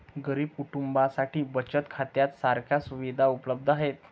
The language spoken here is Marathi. गरीब कुटुंबांसाठी बचत खात्या सारख्या सुविधा उपलब्ध आहेत